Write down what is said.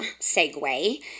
segue